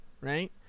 Right